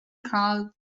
called